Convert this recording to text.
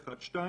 שניים.